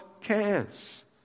cares